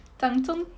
长中